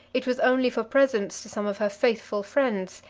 it was only for presents to some of her faithful friends,